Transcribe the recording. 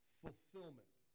fulfillment